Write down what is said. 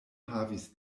havis